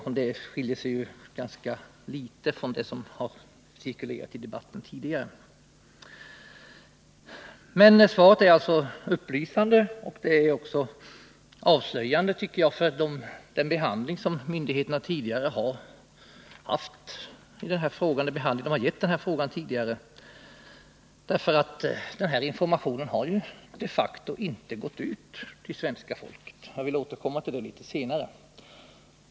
Uppgifterna skiljer sig ju ganska litet från dem som har cirkulerat i debatten tidigare. Svaret är alltså upplysande och, tycker jag, också avslöjande för den behandling som myndigheterna tidigare har gett den här frågan. Den här informationen har de facto inte gått ut till svenska folket; jag vill återkomma till det litet senare.